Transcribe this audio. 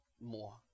more